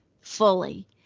fully